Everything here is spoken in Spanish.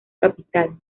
capital